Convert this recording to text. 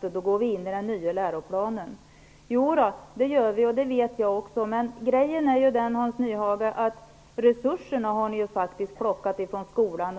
för då går vi in i den nya läroplanen. Jo, det gör vi, det vet jag också. Men grejen är den, Hans Nyhage, att ni faktiskt plockat bort resurserna från skolan.